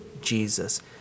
Jesus